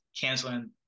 canceling